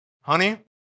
honey